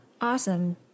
Awesome